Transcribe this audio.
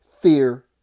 Fear